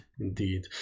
indeed